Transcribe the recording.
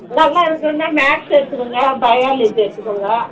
எல்லாம் எல்லாம் இருக்குதும்மா மேக்ஸ் எடுத்துக்கோங்க பயாலஜி எடுத்துக்கோங்க